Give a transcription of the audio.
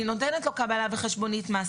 אני נותנת לו קבלה וחשבונית מס,